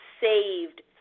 saved